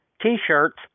T-shirts